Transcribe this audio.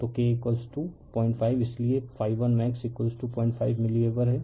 तो K05 इसलिए ∅1 max 05 milliweber हैं